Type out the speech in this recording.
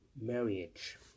marriage